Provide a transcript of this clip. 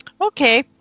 Okay